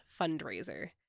fundraiser